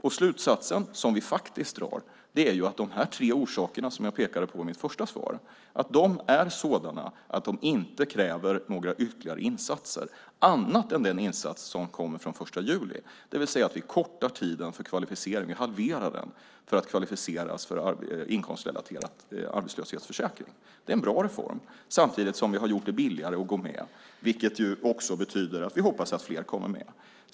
Den slutsats som vi faktiskt drar är att de tre orsaker som jag pekade på i mitt första svar är sådana att de inte kräver några ytterligare insatser, annat än den insats som kommer från den 1 juli, det vill säga att vi halverar tiden för att kvalificeras för inkomstrelaterad arbetslöshetsförsäkring. Det är en bra reform. Samtidigt har vi gjort det billigare att gå med, vilket också betyder att vi hoppas att fler kommer med.